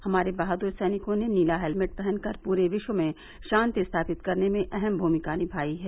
हमारे बहादुर सैनिकों ने नीला हेलमेट पहनकर पूरे विश्व में शांति स्थापित करने में अहम भूमिका निमाई है